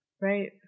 Right